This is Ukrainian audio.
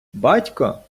батько